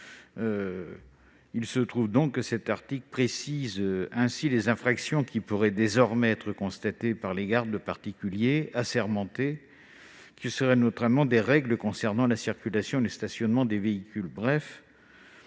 du code de la route. Il précise ainsi les infractions qui pourraient désormais être constatées par les gardes particuliers assermentés, notamment des règles concernant la circulation et le stationnement des véhicules.